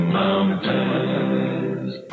mountains